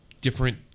different